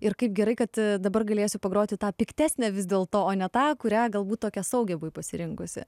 ir kaip gerai kad dabar galėsiu pagroti tą piktesnę vis dėl to o ne tą kurią galbūt tokią saugią buvai pasirinkusi